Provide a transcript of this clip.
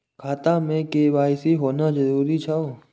खाता में के.वाई.सी होना जरूरी छै?